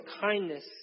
kindness